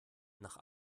nach